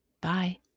Bye